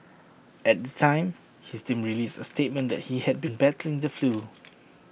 at the time his team released A statement that he had been battling the flu